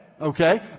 okay